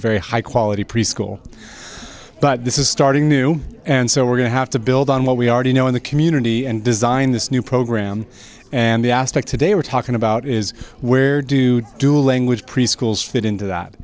very high quality preschool but this is starting new and so we're going to have to build on what we already know in the community and design this new program and the aspect today we're talking about is where do dual language preschools fit into that